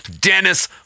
Dennis